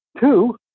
Two